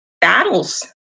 battles